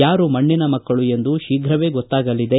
ಯಾರು ಮಣ್ಣಿನ ಮಕ್ಕಳು ಎಂದು ಶೀಘವೇ ಗೊತ್ತಾಗಲಿದೆ